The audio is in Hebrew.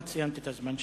את סיימת את הזמן שלך.